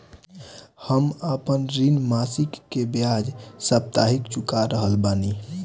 हम आपन ऋण मासिक के बजाय साप्ताहिक चुका रहल बानी